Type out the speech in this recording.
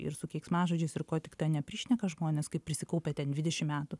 ir su keiksmažodžiais ir ko tik ten neprišneka žmonės kai prisikaupia ten dvidešim metų